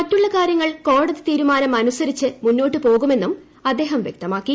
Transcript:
മറ്റുള്ള കാര്യങ്ങൾ കോടതി തീരുമാനം അനുസരിച്ച് മന്നോട്ടു പോകുമെന്നും അദ്ദേഹം വൃക്തമാക്കി